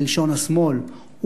בלשון השמאל,